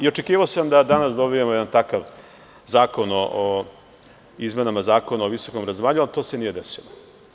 Očekivao sam da danas dobijemo jedan takav zakon o izmena Zakona o visokom obrazovanju, ali to se nije desilo.